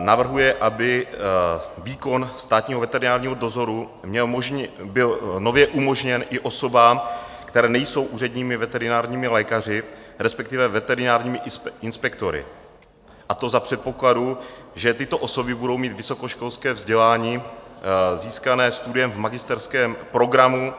Navrhuje, aby výkon státního veterinárního dozoru byl nově umožněn i osobám, které nejsou úředními veterinárními lékaři, respektive veterinárními inspektory, a to za předpokladu, že tyto osoby budou mít vysokoškolské vzdělání získané studiem v magisterském programu